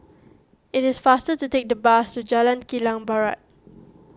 it is faster to take the bus to Jalan Kilang Barat